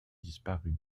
disparu